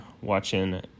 watching